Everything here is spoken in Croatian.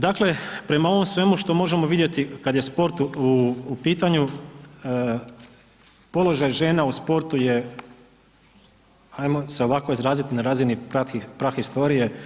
Dakle, prema ovom svemu što možemo vidjeti kad je sport u pitanju položaj žena u sportu je, ajmo se ovako izraziti, na razini prahistorije.